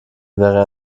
wäre